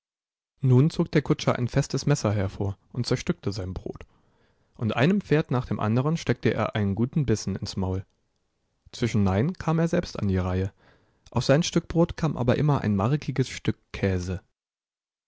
nun zog der kutscher ein festes messer hervor und zerstückte sein brot und einem pferd nach dem anderen steckte er einen guten bissen ins maul zwischenein kam er selbst an die reihe auf sein stück brot kam aber immer ein markiges stück käse